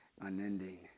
unending